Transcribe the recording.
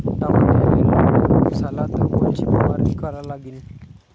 टमाट्याले लखड्या रोग झाला तर कोनची फवारणी करा लागीन?